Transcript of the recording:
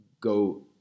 go